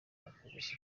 abapolisi